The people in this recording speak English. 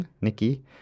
Nikki